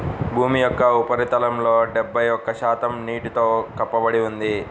భూమి యొక్క ఉపరితలంలో డెబ్బై ఒక్క శాతం నీటితో కప్పబడి ఉంది